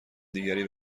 دیگری